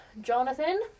Jonathan